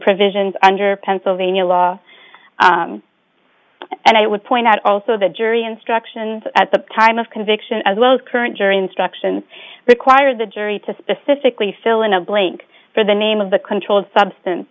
provisions under pennsylvania law and i would point out also the jury instructions at the time of conviction as well as current during struction require the jury to specifically fill in a blank for the name of the controlled